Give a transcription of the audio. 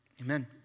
Amen